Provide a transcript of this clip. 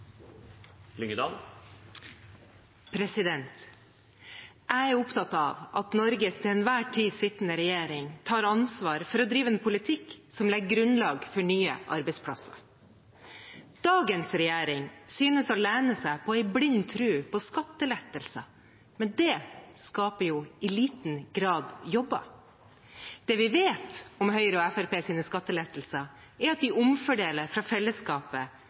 opptatt av at Norges til enhver tid sittende regjering tar ansvaret for å drive en politikk som legger grunnlag for nye arbeidsplasser. Dagens regjering synes å lene seg på en blind tro på skattelettelser, men det skaper i liten grad jobber. Det vi vet om Høyre og Fremskrittspartiets skattelettelser, er at de omfordeler fra fellesskapet